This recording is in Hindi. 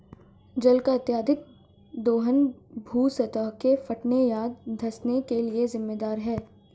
जल का अत्यधिक दोहन भू सतह के फटने या धँसने के लिये जिम्मेदार है